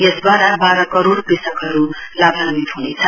यसद्वारा वाह्र करोड़ कृषकहरूले लाभान्वित हुनेछ